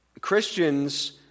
Christians